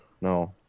No